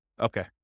Okay